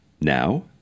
now